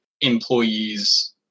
employees